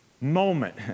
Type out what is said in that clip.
moment